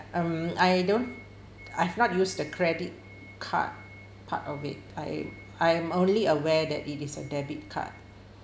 um I don't I've not use the credit card part of it I I'm only aware that it is a debit card